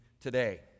today